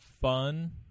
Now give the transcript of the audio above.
fun